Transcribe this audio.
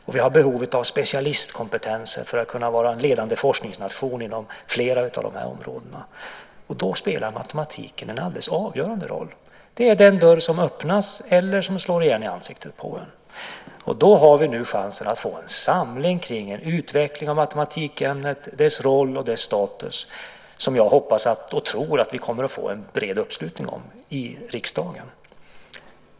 Vi har också behov av specialistkompetens för att vi ska kunna vara en ledande forskningsnation inom flera av dessa områden. Då spelar matematik en alldeles avgörande roll. Det är den dörr som öppnas eller som slås igen i ansiktet på oss. Nu har vi chansen att få en samling kring en utveckling av matematikämnet, dess roll och dess status som jag hoppas och tror att vi kommer att få en bred uppslutning kring i riksdagen.